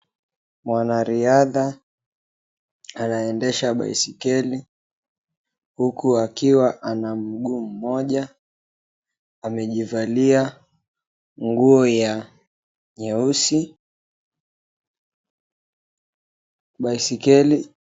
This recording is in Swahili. Mwanariadha, anayeendesha baiskeli, huku akiwa ana mguu mmoja, amejivalia nguo ya nyeusi, baiskeli.